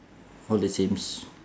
all the the sames